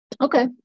Okay